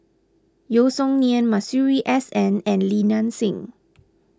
Yeo Song Nian Masuri S N and Li Nanxing